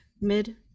mid